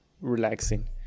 relaxing